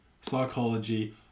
psychology